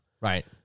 Right